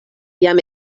jam